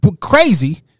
Crazy